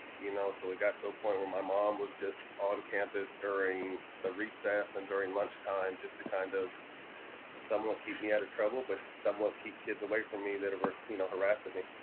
you know? so it got to a point where my mom was just on campus during the recess and during lunchtime, just to kind of somewhat keep me out of trouble but somewhat keep kids away from me that were, you know, harassing me.